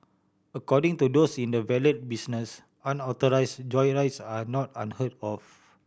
according to those in the valet business unauthorise joyrides are not unheard of